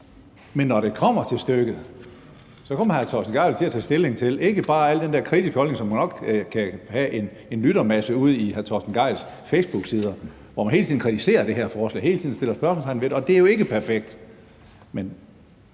Men når det kommer til stykket, kommer hr. Torsten Gejl jo til at tage stilling, ikke ud fra den der kritiske holdning, som jo nok kan have en lyttermasse ude på hr. Torsten Gejls facebooksider, hvor man hele tiden kritiserer det her forslag og hele tiden sætter spørgsmålstegn ved det. Og det er jo ikke perfekt,